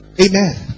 Amen